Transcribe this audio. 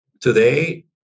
today